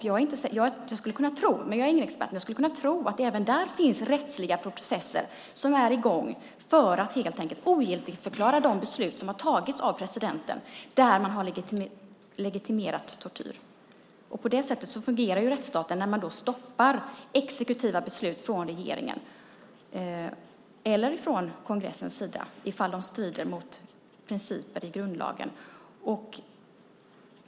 Jag är ingen expert, men jag skulle kunna tro att även där finns rättsliga processer som är i gång för att helt enkelt ogiltigförklara de beslut som har tagits av presidenten där man har legitimerat tortyr. På det sättet fungerar ju rättsstaten: Man stoppar exekutiva beslut från regeringen eller från kongressens sida om de strider mot principer i grundlagen.